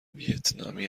ویتنامی